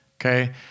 Okay